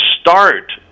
start